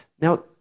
Now